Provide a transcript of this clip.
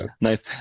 nice